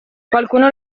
qualcuno